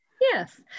Yes